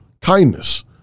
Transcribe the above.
kindness